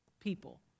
people